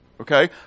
Okay